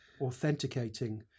authenticating